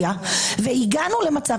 ואולי תענה לנו אחרי.